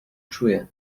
czuje